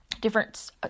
different